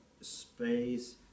space